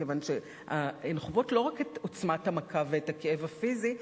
כיוון שהן חוות לא רק את עוצמת המכה ואת הכאב הפיזי,